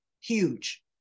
huge